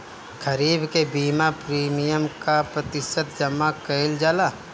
खरीफ के बीमा प्रमिएम क प्रतिशत जमा कयील जाला?